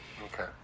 Okay